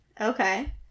Okay